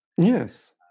Yes